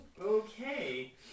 Okay